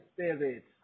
Spirit